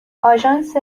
آژانس